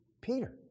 Peter